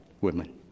women